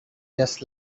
just